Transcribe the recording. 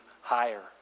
higher